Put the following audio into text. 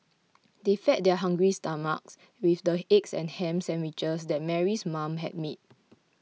they fed their hungry stomachs with the egg and ham sandwiches that Mary's mother had made